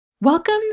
Welcome